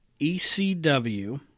ECW